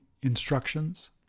instructions